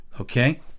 okay